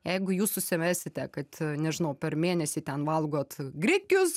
jeigu jūs susivesite kad nežinau per mėnesį ten valgot grikius